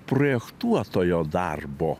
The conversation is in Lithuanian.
projektuotojo darbo